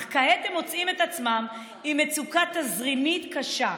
אך כעת הם מוצאים את עצמם עם מצוקה תזרימית קשה,